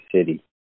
City